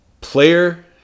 Player